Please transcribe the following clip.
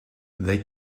they